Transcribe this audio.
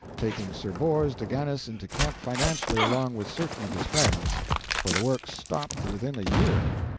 taking sir bors de ganis into camp financially along with certain of his friends for the works stopped within a year,